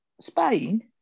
Spain